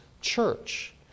church